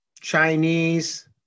Chinese